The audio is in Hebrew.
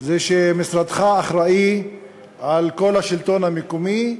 הוא שמשרדך אחראי לכל השלטון המקומי,